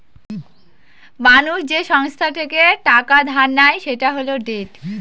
মানুষ যে সংস্থা থেকে টাকা ধার নেয় সেটা হল ডেট